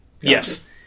Yes